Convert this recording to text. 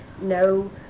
no